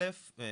אל"ף,